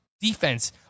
defense